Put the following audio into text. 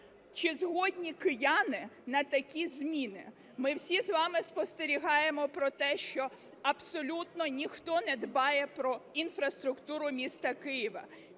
Чи згодні кияни на такі зміни? Ми всі з вами спостерігаємо про те, що абсолютно ніхто не дбає про інфраструктуру міста Києва.